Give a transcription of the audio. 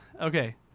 Okay